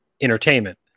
entertainment